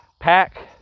pack